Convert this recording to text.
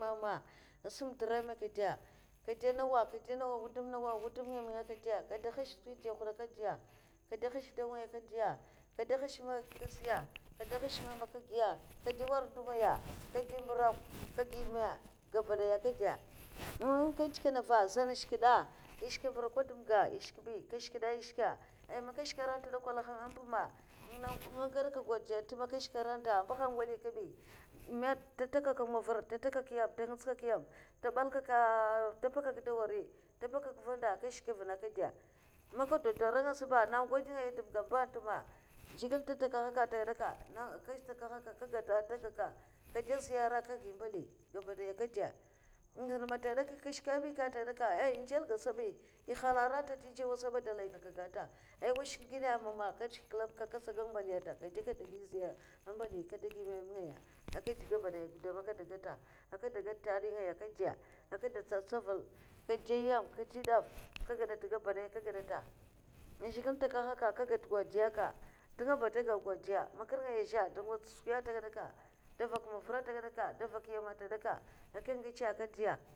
Amam asim dira man kadè, kadè nawa kadè nawa a wudam nawa wudam hi man kadè, kadè hashè skwi ndiya a hud aka ndiya, kadè hashè dau ngaya kadè hashè maggi ngaya aka nfiya kade hash meme aka giya kade nwara ndun'ngaya ka de mburok kade gi meme gabakdaya kade man kan ndikana va zan shke da? Ashika mburokwa a dhoumga shke bi ka shke da ahshka ai man nka shke aranta de kwa, lalahamdu ma nga gdakak godiya nta maka nta aranta ambahanga mwali kabi ma nta ntakak mavar nta ngits kyek nyama da mbal key, kya, nta mpakak dawa nri nta mpaka vanda aka nshka avuna aka de man ka da de ara nasa ba na gode ngaya n dhoumga amba nta ma zhigile da n'takanya tagdaka man n'takahak ah te daka ka de ziyara aka gi mbeliya gabadaya aka de an ndar man nta gadaka nka shka bi ka nta gadaka aiya nzal ga asabi un nhala aranta eh dzauwa saba an dalaiga aka gata ah washka ginna mama aka nkishak kila buka aka nkasa gan mbali ya nta ai kade aka de gi ziyara ambali nka de gi meme ngaya aka de gabadaya gudum aka de gata, aka de gata ntari ngaya aka kada tsi tsavul ka de nyama ka de daf aka gadat gabadaya aka gadata man zhigilè n'taka ha ka aka gada godiya ntenga ba nta gak godiya man kir ngay azhè nda ngots skwi atagadaka davaka mavura atagadaka da vak nyama atagadaka aka ngecha aka ndiya.